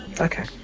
Okay